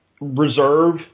reserve